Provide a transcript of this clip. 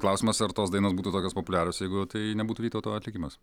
klausimas ar tos dainos būtų tokios populiarios jeigu tai nebūtų vytauto atlikimas